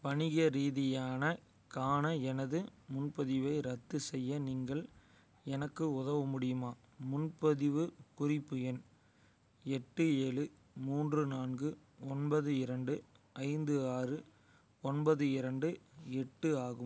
வணிக ரீதியான கான எனது முன்பதிவை ரத்து செய்ய நீங்கள் எனக்கு உதவ முடியுமா முன்பதிவு குறிப்பு எண் எட்டு ஏழு மூன்று நான்கு ஒன்பது இரண்டு ஐந்து ஆறு ஒன்பது இரண்டு எட்டு ஆகும்